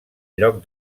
lloc